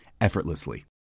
effortlessly